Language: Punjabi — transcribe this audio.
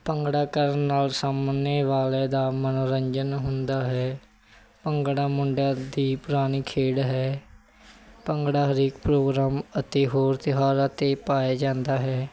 ਭੰਗੜਾ ਕਰਨ ਨਾਲ ਸਾਹਮਣੇ ਵਾਲੇ ਦਾ ਮਨੋਰੰਜਨ ਹੁੰਦਾ ਹੈ ਭੰਗੜਾ ਮੁੰਡਿਆਂ ਦੀ ਪੁਰਾਣੀ ਖੇਡ ਹੈ ਭੰਗੜਾ ਹਰੇਕ ਪ੍ਰੋਗਰਾਮ ਅਤੇ ਹੋਰ ਤਿਉਹਾਰਾਂ 'ਤੇ ਪਾਇਆ ਜਾਂਦਾ ਹੈ